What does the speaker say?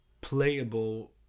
playable